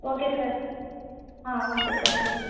okay sir ah okay thank you sir